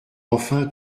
enfin